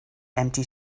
empty